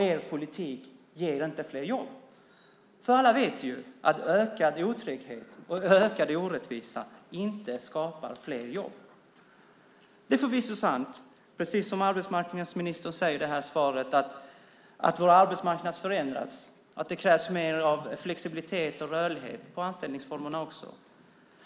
Er politik ger inte fler jobb. Alla vet att ökad otrygghet och ökade orättvisor inte skapar fler jobb. Det är förvisso sant, precis som arbetsmarknadsministern säger i svaret, att vår arbetsmarknad förändrats, att det krävs mer flexibilitet och rörlighet också i anställningsformerna.